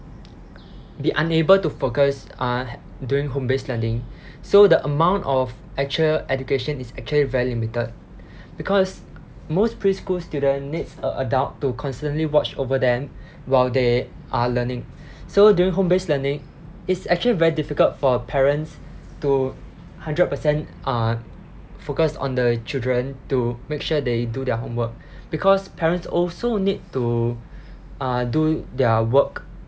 be unable to focus uh during home-based learning so the amount of actual education is actually very limited because most preschool student needs a adult to constantly watch over them while they are learning so during home-based learning it's actually very difficult for parents to hundred percent uh focus on the children to make sure they do their homework because parents also need to uh do their work